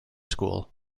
school